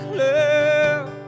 love